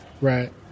Right